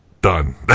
done